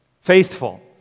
faithful